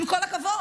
עם כל הכבוד.